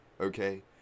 Okay